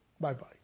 Bye-bye